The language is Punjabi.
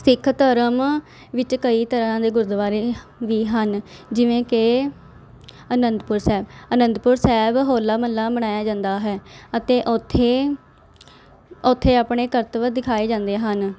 ਸਿੱਖ ਧਰਮ ਵਿੱਚ ਕਈ ਤਰ੍ਹਾਂ ਦੇ ਗੁਰਦੁਆਰੇ ਵੀ ਹਨ ਜਿਵੇਂ ਕਿ ਅਨੰਦਪੁਰ ਸਾਹਿਬ ਅਨੰਦਪੁਰ ਸਾਹਿਬ ਹੋਲਾ ਮਹੱਲਾ ਮਨਾਇਆ ਜਾਂਦਾ ਹੈ ਅਤੇ ਉੱਥੇ ਉੱਥੇ ਆਪਣੇ ਕਰਤੱਵ ਦਿਖਾਏ ਜਾਂਦੇ ਹਨ